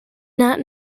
not